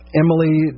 Emily